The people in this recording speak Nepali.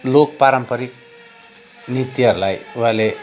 लोक पारम्परिक नृत्यहरूलाई उहाँले